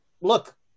Look